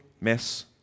mess